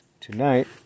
Tonight